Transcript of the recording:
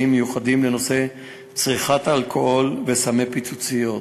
מיוחדים לנושא צריכת אלכוהול וסמי פיצוציות.